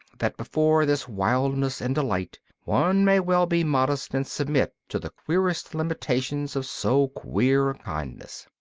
that before this wildness and delight one may well be modest and submit to the queerest limitations of so queer a kindness.